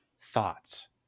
thoughts